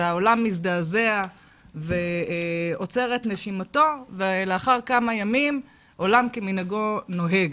העולם מזדעזע ועוצר את נשימתו ולאחר כמה ימים עולם כמנהגו נוהג.